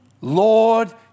Lord